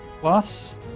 plus